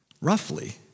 roughly